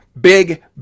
big